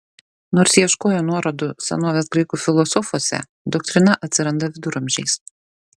nors ieškojo nuorodų senovės graikų filosofuose doktrina atsiranda viduramžiais